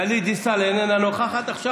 גלית דיסטל, איננה נוכחת עכשיו.